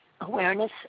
awareness